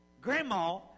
Grandma